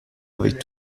avec